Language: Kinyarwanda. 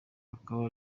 akaba